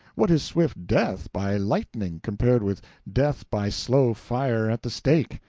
what is swift death by lightning compared with death by slow fire at the stake?